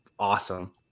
Awesome